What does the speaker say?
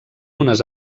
unes